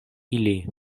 ili